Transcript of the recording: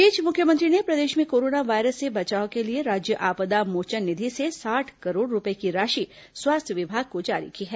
इस बीच मुख्यमंत्री ने प्रदेश में कोरोना वायरस से बचाव के लिए राज्य आपदा मोचन निधि से साठ करोड़ रूपए की राशि स्वास्थ्य विभाग को जारी की है